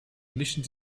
mischen